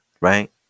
right